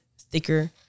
thicker